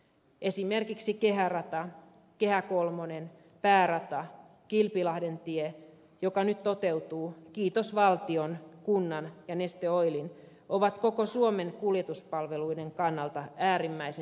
esimerkiksi kehärata kehä kolmonen päärata kilpilahdentie joka nyt toteutuu kiitos valtion kunnan ja neste oilin ovat koko suomen kuljetuspalveluiden kannalta äärimmäisen tärkeitä